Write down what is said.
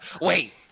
wait